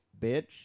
bitch